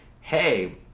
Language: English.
hey